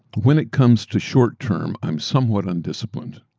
when it comes to short-term, i'm somewhat undisciplined,